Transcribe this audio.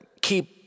keep